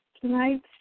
tonight